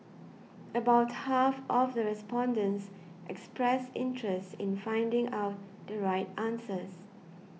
about half of the respondents expressed interest in finding out the right answers